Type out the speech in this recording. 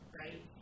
right